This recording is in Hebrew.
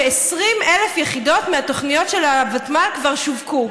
ש-20,000 יחידות מהתוכניות של הוותמ"ל כבר שווקו.